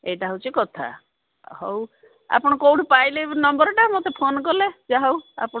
ଏଇଟା ହେଉଛି କଥା ହଉ ଆପଣ କେଉଁଠି ପାଇଲେ ନମ୍ବରଟା ମୋତେ ଫୋନ୍ କଲେ ଯାହା ହଉ ଆପଣ